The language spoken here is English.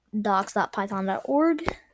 docs.python.org